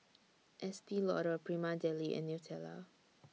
Estee Lauder Prima Deli and Nutella